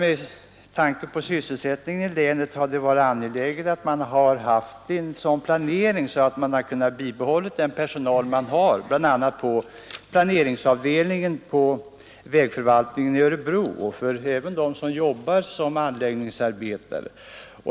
Med tanke på sysselsättningen i länet hade det varit angeläget med en sådan planering att man kunnat behålla den personal man har, bl.a. anläggningsarbetarna och personalen på planeringsavdelningen hos vägförvaltningen i Örebro.